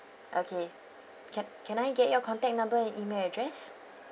okay can can I get your contact number and email address